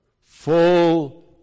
full